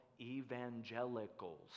evangelicals